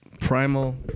Primal